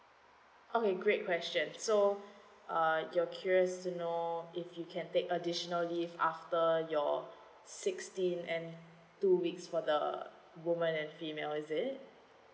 okay great question so uh you're curious to know if you can take additional leave after your sixteen and two weeks for the woman and female is it